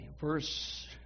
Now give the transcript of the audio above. verse